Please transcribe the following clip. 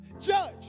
judge